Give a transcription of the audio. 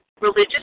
religious